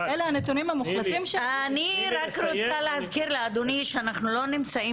אלה הנתונים --- אני רק רוצה להזכיר לאדוני שאנחנו לא נמצאים